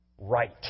right